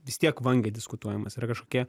vis tiek vangiai diskutuojamas yra kažkokie